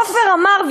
עפר אמר,